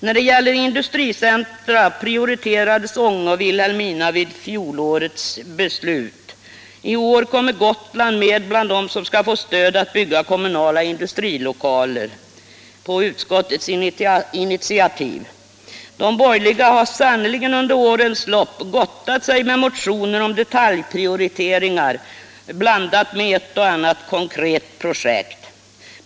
När det gäller industricentra prioriterades Ånge och Vilhelmina vid fjolårets beslut. I år kommer på utskottets initiativ Gotland med bland dem som skall få stöd för att bygga kommunala industrilokaler. De borgerliga har sannerligen under årens lopp gottat sig med motioner om detaljprioriteringar, blandat med ett och annat konkret projekt.